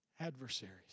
adversaries